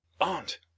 Aunt